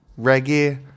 reggae